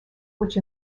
which